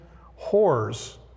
horrors